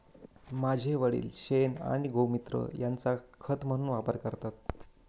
माझे वडील शेण आणि गोमुत्र यांचा खत म्हणून वापर करतात